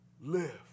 live